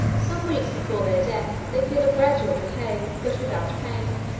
some weeks before their death, they feel a gradual decay but without pain.